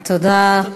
תודה.